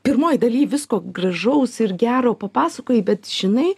pirmoj daly visko gražaus ir gero papasakojai bet žinai